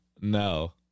No